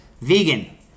Vegan